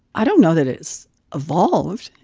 i don't know that it's evolved.